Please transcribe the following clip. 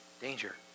Danger